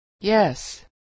Yes